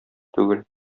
түгел